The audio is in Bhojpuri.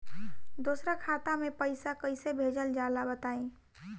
दोसरा खाता में पईसा कइसे भेजल जाला बताई?